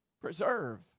Preserve